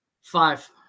Five